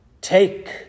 take